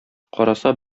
караса